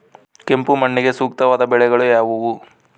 ಕೆಂಪು ಮಣ್ಣಿಗೆ ಸೂಕ್ತವಾದ ಬೆಳೆಗಳು ಯಾವುವು?